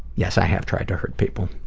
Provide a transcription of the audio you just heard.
yes, i have tried to hurt people,